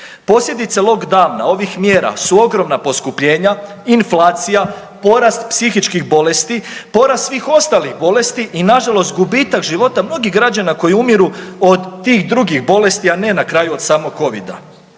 Posljedice lockdowna ovih mjera su ogromna poskupljenja, inflacija, porast psihičkih bolesti, porast svih ostalih bolesti i nažalost gubitak života mnogih građana koji umiru od tih drugih bolesti, a ne na kraju od samog covida.